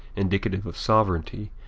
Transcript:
indicative of sovereignty,